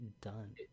done